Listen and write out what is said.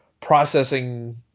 processing